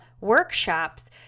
workshops